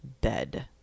bed